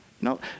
No